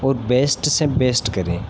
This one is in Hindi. और बेस्ट से बेस्ट करें